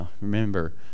Remember